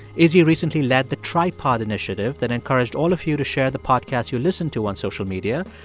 izzi recently led the trypod initiative that encouraged all of you to share the podcast you listen to on social media.